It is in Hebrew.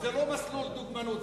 וזה לא מסלול דוגמנות.